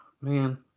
man